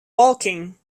walking